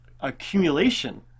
accumulation